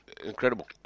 Incredible